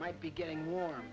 might be getting warm